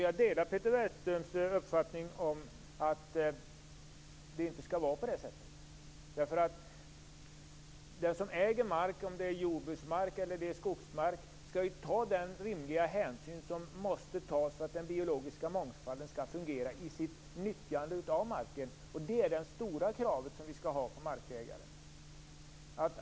Jag delar Peter Weibull Bernströms uppfattning att det inte skall vara på det sättet. Den som äger mark, om det är fråga om jordbruksmark eller skogsmark, skall ju ta den rimliga hänsyn som måste tas för att den biologiska mångfalden skall fungera i nyttjandet av marken. Detta är det stora kravet som vi skall ställa på markägare.